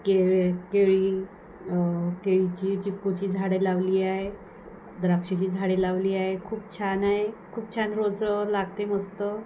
केळ केळी केळीची चिक्कूची झाडे लावली आहे द्राक्षाची झाडे लावली आहे खूप छान आहे खूप छान रोज लागते मस्त